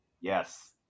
Yes